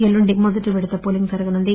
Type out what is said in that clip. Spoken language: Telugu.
ఎల్లుండి మొదటి విడత పోలింగ్ జరగనుంది